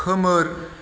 खोमोर